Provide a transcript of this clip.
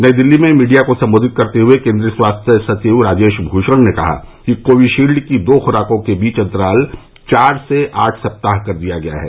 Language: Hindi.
नई दिल्ली में मीडिया को संबोधित करते हुए केंद्रीय स्वास्थ्य सचिव राजेश भूषण ने कहा कि कोविशील्ड की दो खुराकों के बीच अंतराल चार से आठ सप्ताह कर दिया गया है